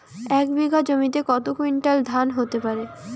এক বিঘা জমিতে কত কুইন্টাল ধান হতে পারে?